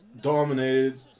Dominated